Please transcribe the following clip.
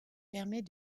permet